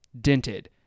dented